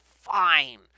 fine